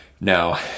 Now